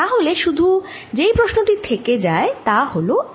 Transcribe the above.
তাহলে শুধু যেই প্রশ্ন টি থেকে যায় তা হল এই